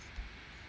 mm